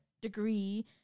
degree